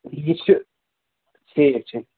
یہِ چھُ ٹھیٖک ٹھیٖک